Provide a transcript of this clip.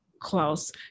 Klaus